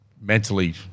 mentally